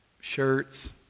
shirts